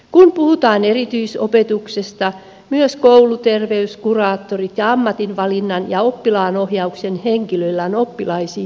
kun puhutaan erityisopetuksesta myös kouluterveydenhuollolla kuraattoreilla ja ammatinvalinnan ja oppilaanohjauksen henkilöillä on oppilaisiin tärkeä side